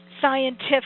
scientific